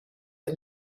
the